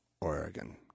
Oregon